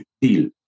deal